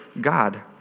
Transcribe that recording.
God